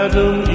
Adam